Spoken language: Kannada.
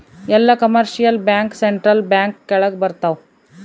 ಎಲ್ಲ ಕಮರ್ಶಿಯಲ್ ಬ್ಯಾಂಕ್ ಸೆಂಟ್ರಲ್ ಬ್ಯಾಂಕ್ ಕೆಳಗ ಬರತಾವ